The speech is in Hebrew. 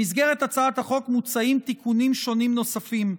במסגרת הצעת החוק מוצעים תיקונים שונים נוספים,